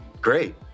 Great